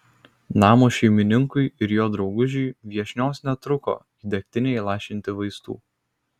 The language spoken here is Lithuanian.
namo šeimininkui ir jo draugužiui viešnios netruko į degtinę įlašinti vaistų